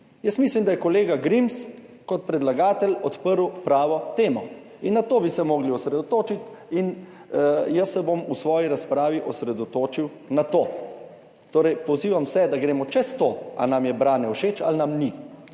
Jaz mislim, da je kolega Grims kot predlagatelj odprl pravo temo, na to bi se morali osredotočiti in jaz se bom v svoji razpravi osredotočil na to. Torej, pozivam vse, da gremo čez to, ali nam je branje všeč ali nam ni,